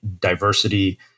diversity